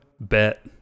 Bet